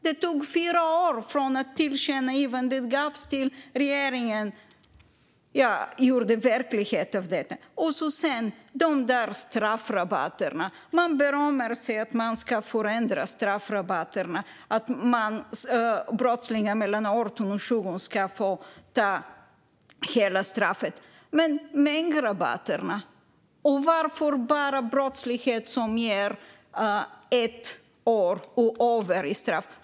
Det tog fyra år från att tillkännagivandet gavs till att regeringen gjorde verklighet av det. Sedan har vi straffrabatterna. Man berömmer sig av att man ska förändra dem, att brottslingar mellan 18 och 20 år ska få ta hela straffet. Men mängdrabatterna, då? Och varför bara brottslighet som ger ett år och uppåt i straff?